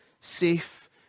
Safe